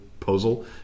Proposal